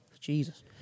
Jesus